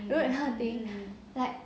you know that kind of thing like